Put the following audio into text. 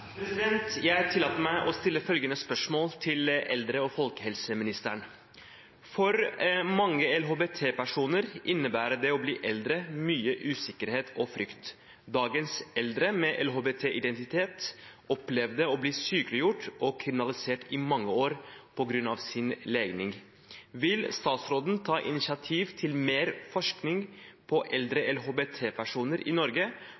mange LHBT-personer innebærer det å bli eldre mye usikkerhet og frykt. Dagens eldre med LHBT+-identitet opplevde å bli sykeliggjort og kriminalisert i mange år på grunn av sin legning. Vil statsråden ta initiativ til mer forskning på eldre LHBT+-personer i Norge